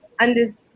understand